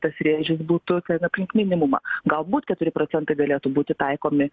tas rėžis būtų ten aplink minimumą galbūt keturi procentai galėtų būti taikomi